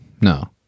No